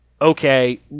okay